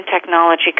technology